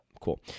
Cool